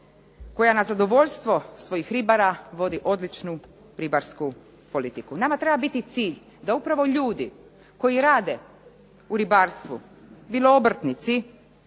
koja na zadovoljstvo svojih ribara vodi odličnu ribarsku politiku. Nama treba biti cilj da upravo ljudi koji rade u ribarstvu bilo obrtnici,